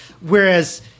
whereas